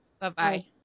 Bye-bye